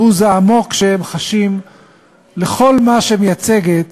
הבוז העמוק שהם חשים לכל מה שמייצגת